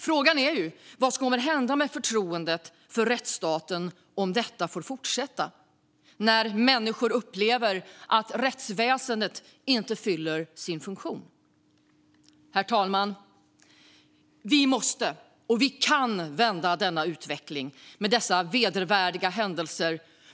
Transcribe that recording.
Frågan är ju vad som kommer att hända med förtroendet för rättsstaten om detta får fortsätta och när människor upplever att rättsväsendet inte fyller sin funktion. Herr talman! Vi måste - och vi kan - vända denna utveckling och stoppa dessa vedervärdiga händelser.